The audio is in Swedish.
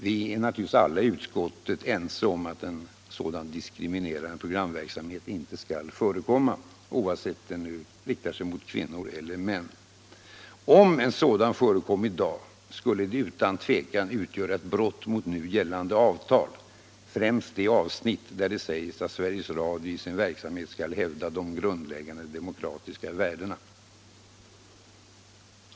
: Vi är naturligtvis alla i utskottet ense om att en diskriminerande programverksamhet inte skall förekomma, oavsett den nu riktar sig mot kvinnor eller män. Om en sådan förekom i dag, skulle det utan tvivel utgöra ett brott mot gällande avtal, främst det avsnitt där det sägs att Sveriges Radio i sin verksamhet skall hävda de grundläggande demokratiska värdena.